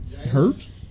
Hurts